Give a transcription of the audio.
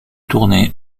tourné